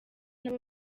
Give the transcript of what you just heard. nabo